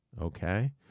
Okay